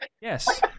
Yes